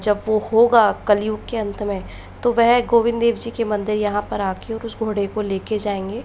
जब वो होगा कलयुग के अंत में तो वह गोविन्द देव जी के मंदिर यहाँ पर आकर और उस घोड़े को लेकर जायेंगे